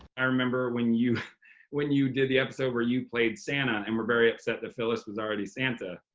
i remember when you when you did the episode where you played santa and were very upset that phyllis was already santa.